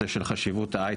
הנושא של חשיבות ההייטק,